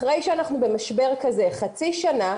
אחרי שאנחנו במשבר כזה חצי שנה,